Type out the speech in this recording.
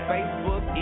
Facebook